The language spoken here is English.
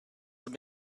have